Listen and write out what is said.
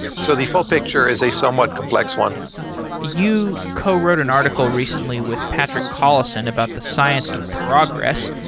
so the full picture is a somewhat complex one you co-wrote an article recently with patrick collison about the science of progress.